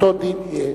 אותו דין יהיה.